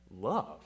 Love